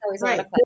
Right